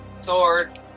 sword